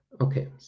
Okay